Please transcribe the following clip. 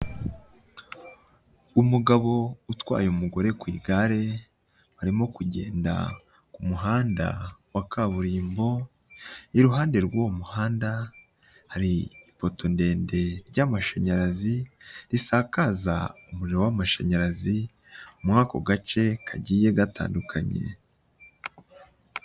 Umugabo utwaye umugore ku igare arimo kugenda ku muhanda wa kaburimbo, iruhande rw'uwo muhanda hari ipoto ndende ry'amashanyarazi risakaza umuriro w'amashanyarazi muri ako gace kagiye gatandukanye.